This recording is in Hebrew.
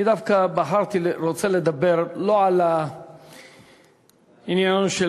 אני דווקא רוצה לדבר לא על עניינו של